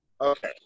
Okay